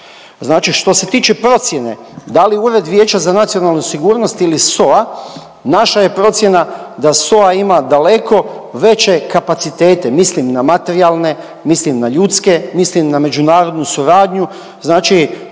Znači što se tiče procijene da li Ured vijeća za nacionalnu sigurnost ili SOA, naša je procjena da SOA ima daleko veće kapacitete, mislim na materijalne, mislim na ljudske, mislim na međunarodnu suradnju, znači,